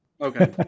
Okay